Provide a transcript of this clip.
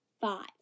five